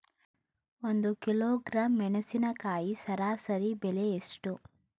ಒಂದು ಕಿಲೋಗ್ರಾಂ ಮೆಣಸಿನಕಾಯಿ ಸರಾಸರಿ ಬೆಲೆ ಎಷ್ಟು?